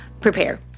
prepare